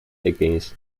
against